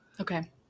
Okay